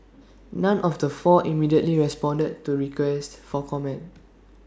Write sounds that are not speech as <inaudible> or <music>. <noise> none of the four immediately responded to requests for comment